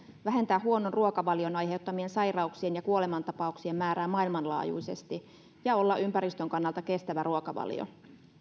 vähentää huonon ruokavalion aiheuttamien sairauksien ja kuolemantapauksien määrää maailmanlaajuisesti ja olla ympäristön kannalta kestävä ruokavalio